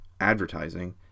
advertising